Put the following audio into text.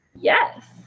Yes